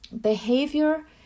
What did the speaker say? behavior